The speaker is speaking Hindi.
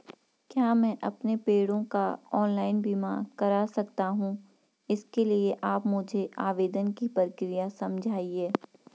क्या मैं अपने पेड़ों का ऑनलाइन बीमा करा सकता हूँ इसके लिए आप मुझे आवेदन की प्रक्रिया समझाइए?